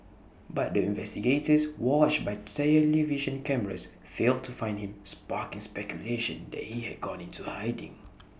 but the investigators watched by television cameras failed to find him sparking speculation that he had gone into A hiding